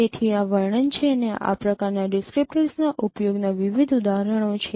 તેથી આ વર્ણન છે અને આ પ્રકારના ડિસ્ક્રીપ્ટર્સના ઉપયોગના વિવિધ ઉદાહરણો છે